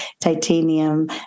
titanium